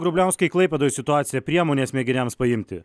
grubliauskai klaipėdoj situacija priemonės mėginiams paimti